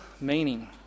meaning